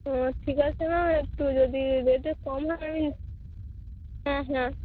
ও ঠিক আছে ম্যাম একটু যদি রেটে কম হয় আমি হ্যাঁ হ্যাঁ